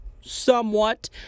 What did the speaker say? somewhat